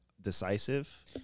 decisive